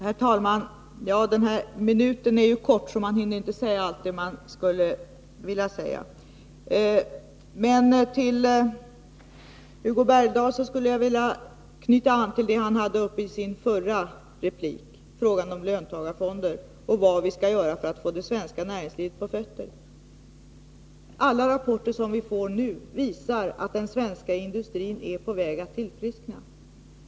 Herr talman! Den här tiden på en minut är ju kort, så man hinner inte säga allt som man skulle vilja säga. Jag skulle vilja knyta an till vad Hugo Bergdahl tog upp i sin förra replik, nämligen frågan om löntagarfonder och vad vi skall göra för att få det svenska näringslivet på fötter. Alla de rapporter som vi får visar att den svenska industrin nu är på väg att tillfriskna.